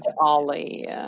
Ollie